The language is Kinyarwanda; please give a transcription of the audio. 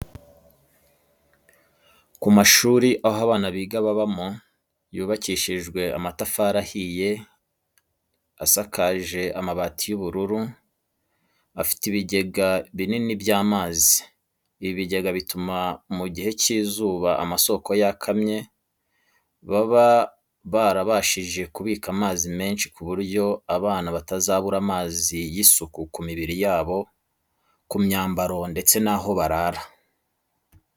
Ku mashuri aho abana biga babamo, yubakishijwe amatafari ahiye, isakaje amabati y'ubururu, ifite ibigega binini by'amazi, ibi bigega bituma mu gihe cy'izuba amasoko yakamye babe barabashije kubika amazi menshi ku buryo abana batazabura amazi y'isuku ku mibiri yabo, ku myambaro, ndetse n'aho barara.